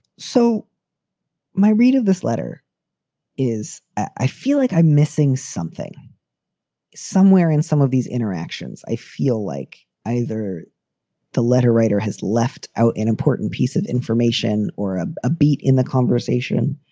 so my read of this letter is i feel like i'm missing something somewhere in some of these interactions. i feel like either the letter writer has left out an important piece of information or a beat in the conversation.